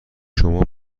شما